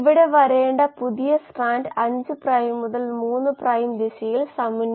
അതിനാൽ ഇത് മന്ദഗതിയിലുള്ള പ്രക്രിയയാണ് ഇതുമായി താരതമ്യപ്പെടുത്തുമ്പോൾ വളർച്ച ഇൻട്രാസെല്ലുലാർ മെറ്റാബോലൈറ്റ് ഗാഢത മാറുന്നു